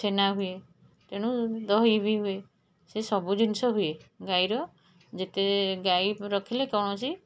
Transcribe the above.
ଛେନା ହୁଏ ତେଣୁ ଦହି ବି ହୁଏ ସେ ସବୁ ଜିନିଷ ହୁଏ ଗାଈର ଯେତେ ଗାଈ ରଖିଲେ କୋୖଣସି